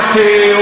מטה,